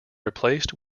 replaced